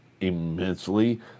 immensely